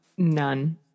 None